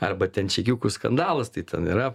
arba ten čekiukų skandalas tai ten yra